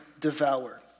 Devour